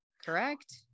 correct